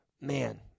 Man